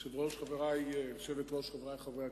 גברתי היושבת-ראש, חברי חברי הכנסת,